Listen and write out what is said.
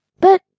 But